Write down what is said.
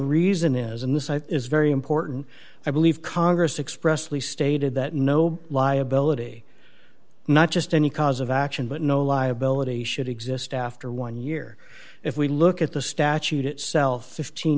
think is very important i believe congress expressly stated that no liability not just any cause of action but no liability should exist after one year if we look at the statute itself fifteen